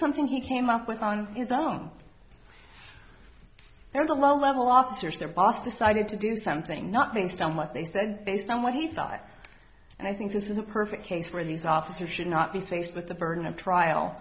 something he came up with on his own there is a low level officers their boss decided to do something not based on what they said based on what he thought and i think this is a perfect case for these officers should not be faced with the burden of trial